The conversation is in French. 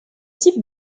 type